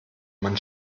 man